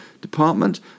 department